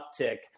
uptick